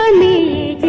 me